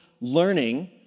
learning